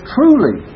Truly